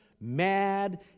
mad